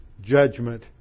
judgment